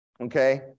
okay